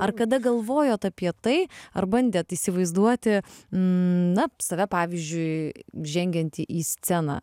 ar kada galvojot apie tai ar bandėt įsivaizduoti na save pavyzdžiui žengiantį į sceną